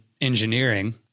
engineering